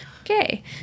Okay